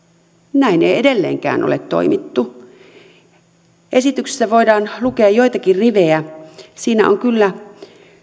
näin ei edelleenkään ole toimittu esityksestä voidaan lukea joitakin rivejä siinä on kyllä